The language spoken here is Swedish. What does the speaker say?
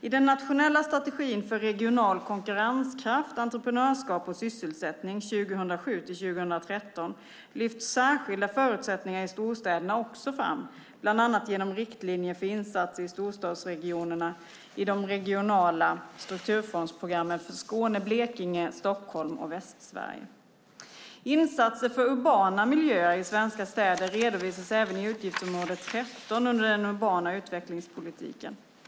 I den nationella strategin för regional konkurrenskraft, entreprenörskap och sysselsättning 2007-2013 lyfts särskilda förutsättningar i storstäderna också fram, bland annat genom riktlinjer för insatser i storstadsregionerna i de regionala strukturfondsprogrammen för Skåne-Blekinge, Stockholm och Västsverige. Insatser för urbana miljöer i svenska städer redovisas även i utgiftsområde 13 under den urbana utvecklingspolitiken.